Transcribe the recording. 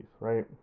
right